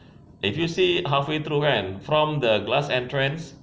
if you see halfway through right from the glass entrance